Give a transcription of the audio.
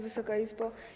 Wysoka Izbo!